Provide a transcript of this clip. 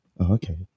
Okay